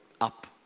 up